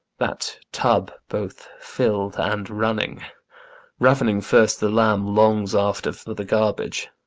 that tub both fill'd and running ravening first the lamb, longs after for the garbage.